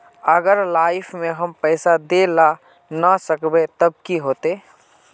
अगर लाइफ में हम पैसा दे ला ना सकबे तब की होते?